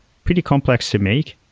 pretty complex to make,